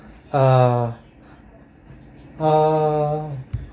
um uh